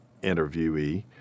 interviewee